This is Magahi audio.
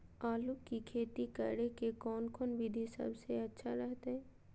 आलू की खेती करें के कौन कौन विधि सबसे अच्छा रहतय?